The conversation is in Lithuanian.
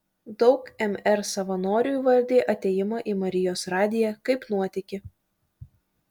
daug mr savanorių įvardija atėjimą į marijos radiją kaip nuotykį